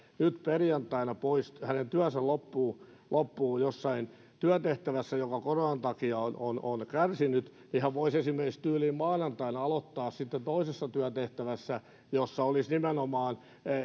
nyt perjantaina työstä pois hänen työnsä loppuu loppuu jossain työtehtävässä joka koronan takia on on kärsinyt niin hän voisi esimerkiksi tyyliin maanantaina aloittaa sitten toisessa työtehtävässä nimenomaan